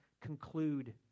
conclude